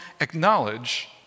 acknowledge